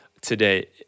today